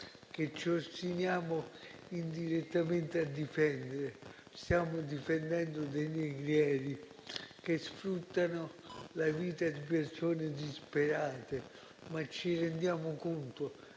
che ci ostiniamo indirettamente a difendere. Stiamo difendendo dei negrieri che sfruttano la vita di persone disperate. Ma ci rendiamo conto